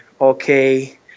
okay